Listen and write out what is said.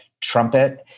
trumpet